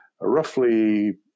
roughly